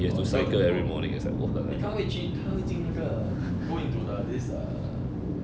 oh roll into goal eh 他会去他会经那个 go into the this err